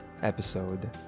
episode